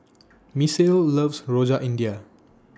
Misael loves Rojak India